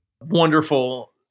wonderful